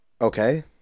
Okay